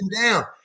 down